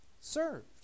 served